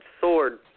sword